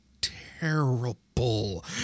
terrible